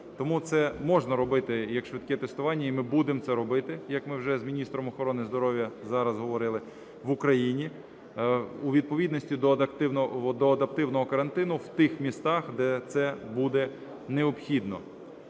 Тому це можна робити як швидке тестування, і ми будемо це робити, як ми вже з міністром охорони здоров'я зараз говорили, в Україні у відповідності до адаптивного карантину в тих містах, де це буде необхідно.